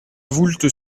voulte